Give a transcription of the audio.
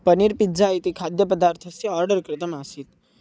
paneer pizza इति खाद्यपदार्थस्य order कृतम् आसीत्